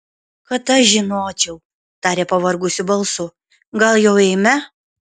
kad aš žinočiau tarė pavargusiu balsu gal jau eime